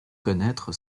connaître